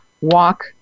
walk